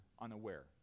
unaware